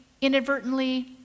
inadvertently